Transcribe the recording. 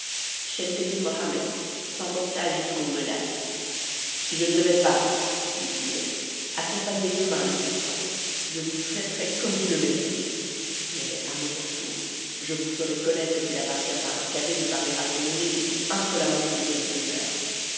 schemseddin mohammed s'emporta jusqu'aux menaces si je ne devais pas dit-il accompagner demain le sultan je vous traiterais comme vous le méritez mais à mon retour je vous ferai connaître s'il appartient à un cadet de parler à son aîné aussi insolemment que vous venez de faire